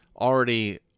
already